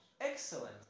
Excellent